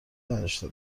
نداشته